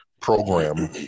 program